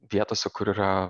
vietose kur yra